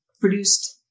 produced